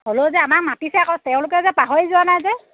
হ'লও যে আমাক মাতিছে আকৌ তেওঁলোকে যে পাহৰি যোৱা নাই যে